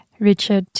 Richard